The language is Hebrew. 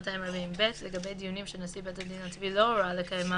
240(ב) לגבי דיונים שנשיא בית הדין הצבאי לא הורה לקיימם